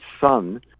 son